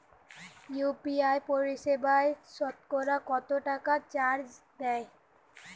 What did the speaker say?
UPI পরিসেবায় সতকরা কতটাকা চার্জ নেয়?